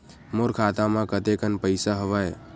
मोर खाता म कतेकन पईसा हवय?